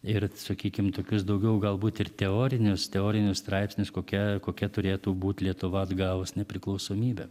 ir sakykim tokius daugiau galbūt ir teorinius teorinius straipsnius kokia kokia turėtų būt lietuva atgavus nepriklausomybę